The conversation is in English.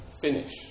finish